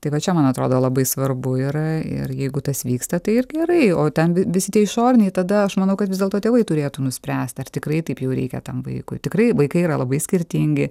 tai va čia man atrodo labai svarbu yra ir jeigu tas vyksta tai ir gerai o ten visi tie išoriniai tada aš manau kad vis dėlto tėvai turėtų nuspręst ar tikrai taip jau reikia tam vaikui tikrai vaikai yra labai skirtingi